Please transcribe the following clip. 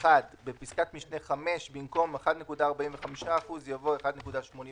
(1) בפסקת משנה (5), במקום "1.45%" יבוא "1.81%";